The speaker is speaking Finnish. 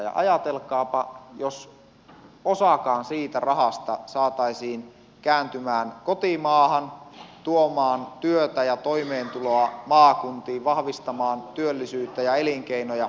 ja ajatelkaapa jos osakaan siitä rahasta saataisiin kääntymään kotimaahan tuomaan työtä ja toimeentuloa maakuntiin vahvistamaan työllisyyttä ja elinkeinoja